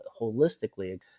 holistically